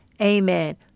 Amen